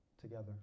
together